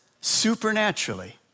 supernaturally